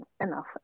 Enough